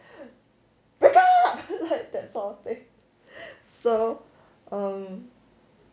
break up like that sort of thing